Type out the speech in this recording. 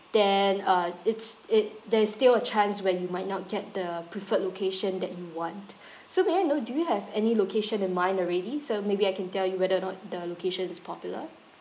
then uh it's it there is still a chance where you might not get the preferred location that you want so may I know do you have any location in mind already so maybe I can tell you whether or not the location is popular